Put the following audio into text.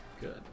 Good